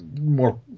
more